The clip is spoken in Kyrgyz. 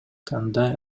кандай